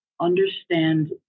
Understand